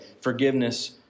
forgiveness